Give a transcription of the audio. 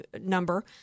number